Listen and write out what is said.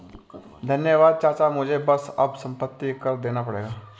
धन्यवाद चाचा मुझे बस अब संपत्ति कर देना पड़ेगा